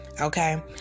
Okay